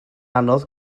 anodd